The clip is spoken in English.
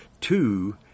two